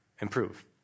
improve